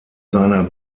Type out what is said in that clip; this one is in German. seiner